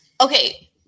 Okay